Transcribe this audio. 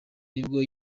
nibwo